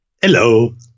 Hello